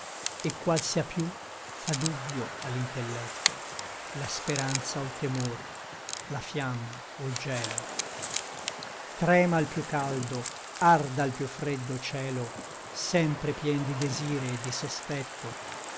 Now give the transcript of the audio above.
et qual sia piú fa dubbio a l'intellecto la speranza o l temor la fiamma o l gielo trem'al piú caldo ard'al piú freddo cielo sempre pien di desire et di sospetto